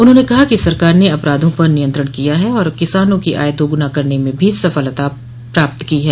उन्होंने कहा कि सरकार ने अपराधों पर नियंत्रण किया है और किसानों की आय दोगुना करने में भी सफलता पाई है